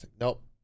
nope